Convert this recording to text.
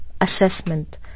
assessment